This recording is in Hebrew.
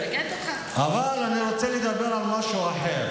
אבל אני רוצה לדבר על משהו אחר.